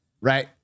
right